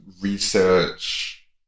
research